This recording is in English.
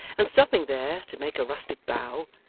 and stopping there to make a rustic bow,